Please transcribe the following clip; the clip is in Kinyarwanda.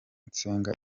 nsenga